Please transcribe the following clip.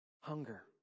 Hunger